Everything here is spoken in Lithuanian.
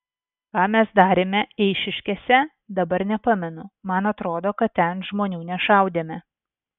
ką mes darėme eišiškėse dabar nepamenu man atrodo kad ten žmonių nešaudėme